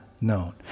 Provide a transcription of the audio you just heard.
known